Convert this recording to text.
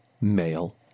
male